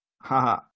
Haha